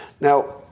Now